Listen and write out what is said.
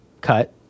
cut